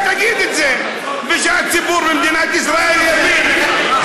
תגיד את זה, ושהציבור במדינת ישראל יבין.